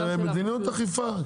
כן, מדיניות אכיפה.